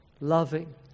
loving